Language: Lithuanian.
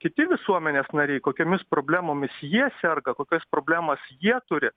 kiti visuomenės nariai kokiomis problemomis jie serga kokias problemas jie turi